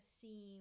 seem